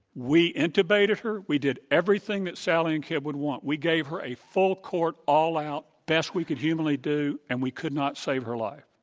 we incubated her, we did everything that sally and ken would want. we gave her a full court all out best we could humanly do, and we could not save her life.